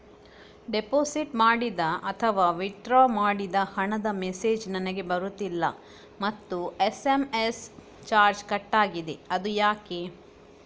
Deposit ಮಾಡಿದ ಅಥವಾ withdraw ಮಾಡಿದ ಹಣದ ಮೆಸೇಜ್ ನನಗೆ ಬರುತ್ತಿಲ್ಲ ಮತ್ತು ಎಸ್.ಎಂ.ಎಸ್ ಚಾರ್ಜ್ ಕಟ್ಟಾಗಿದೆ ಅದು ಯಾಕೆ?